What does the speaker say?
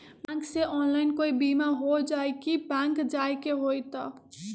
Bank से online कोई बिमा हो जाई कि बैंक जाए के होई त?